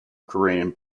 korean